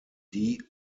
die